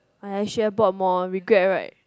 I I should brought more regret right